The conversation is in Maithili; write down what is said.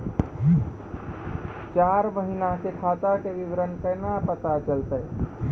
चार महिना के खाता के विवरण केना पता चलतै?